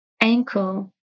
Ankle